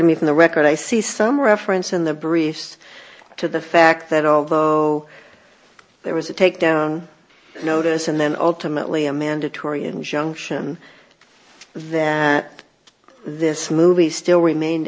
to me from the record i see some reference in the briefs to the fact that although there was a takedown notice and then ultimately a mandatory injunction that this movie still remained